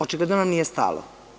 Očigledno nam nije stalo.